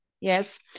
yes